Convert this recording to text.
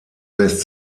lässt